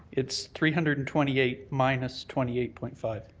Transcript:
it's three hundred and twenty eight minus twenty eight point five.